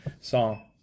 song